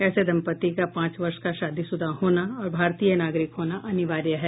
ऐसे दम्पति का पांच वर्ष का शादीशुदा होना और भारतीय नागरिक होना अनिवार्य है